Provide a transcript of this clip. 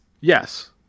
Yes